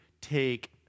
take